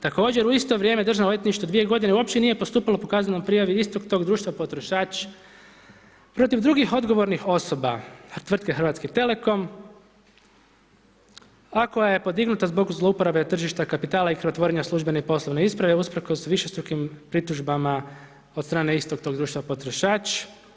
Također, u isto vrijeme Državno odvjetništvo, u 2 g. uopće nije postupilo po kaznenoj prijavi istog tog društva potrošač protiv drugih odgovornih osoba, tvrtke HT-a, a koja je podignuta zbog zlouporabe tržišta kapitala i krivotvorena službene poslovne isprave usprkos višestrukog pritužbama od strane istog tog društva potrošač.